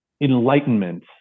enlightenment